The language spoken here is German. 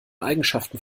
eigenschaften